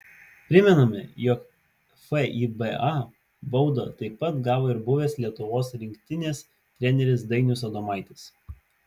primename jog fiba baudą taip pat gavo ir buvęs lietuvos rinktinės treneris dainius adomaitis